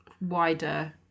wider